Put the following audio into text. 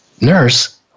nurse